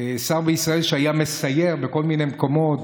שר בישראל שהיה מסייר בכל מיני מקומות,